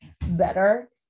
better